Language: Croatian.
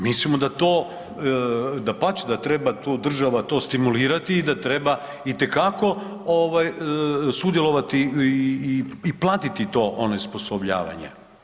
Mislimo da to, dapače, a da treba tu država to stimulirati i da treba itekako sudjelovati i platiti to onesposobljavanje.